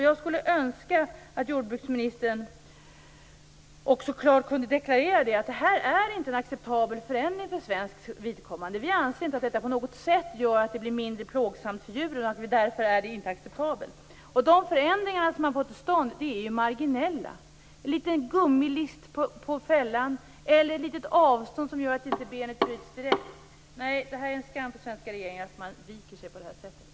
Jag skulle önska att jordbruksministern klart deklarerade att det här inte är en acceptabel förändring för svenskt vidkommande, att vi anser att detta inte på något sätt gör att det blir mindre plågsamt för djuren och att detta därför inte är acceptabelt. De förändringar som man har fått till stånd är trots allt marginella. Det kan röra sig om en liten gummilist på fällan eller om ett visst avstånd som gör att djurets ben inte bryts direkt. Nej, det är en skam för den svenska regeringen att man viker sig på det här sättet!